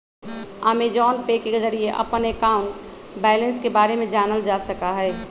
Amazon pay के जरिए अपन अकाउंट बैलेंस के बारे में जानल जा सका हई